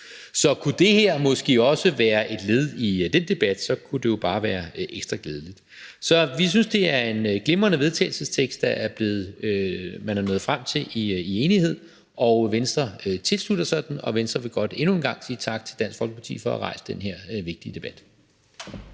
Kunne det her måske også være et led i den debat, kunne det jo bare være ekstra glædeligt. Så vi synes, det er en glimrende vedtagelsestekst, man er nået frem til i enighed. Venstre tilslutter sig den, og Venstre vil godt endnu en gang sige tak til Dansk Folkeparti for at have rejst den her vigtige debat.